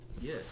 Yes